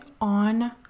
on